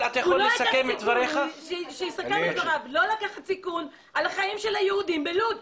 לא לקחת סיכון על החיים של היהודים בלוד,